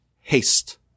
haste